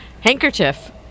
handkerchief